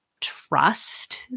trust